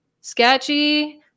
sketchy